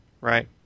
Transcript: Right